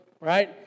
right